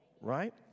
right